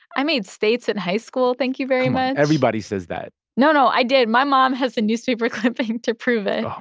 i made states in high school, thank you very much everybody says that no, no. i did. my mom has a newspaper clipping to prove it,